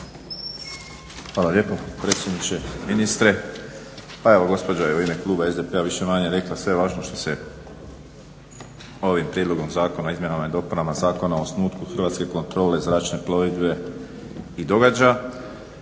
Hvala lijepo potpredsjedniče, ministre. Pa evo gospođa je u ime kluba SDP-a više manje rekla sve važno što se ovim prijedlogom zakona, izmjenama i dopunama Zakona o osnutku hrvatske kontrole zračne plovidbe i događa.